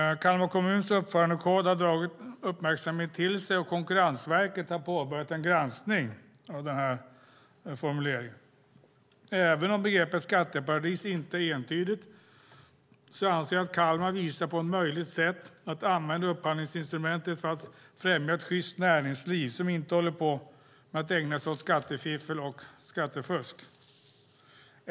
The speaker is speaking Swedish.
Kalmar kommuns uppförandekod har dragit uppmärksamhet till sig, och Konkurrensverket har påbörjat en granskning av formuleringen . Även om begreppet skatteparadis inte är entydigt anser jag att Kalmar visar på ett möjligt sätt att använda upphandlingsinstrumentet för att främja ett sjyst näringsliv som inte ägnar sig åt skattefiffel och skattefusk.